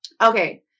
Okay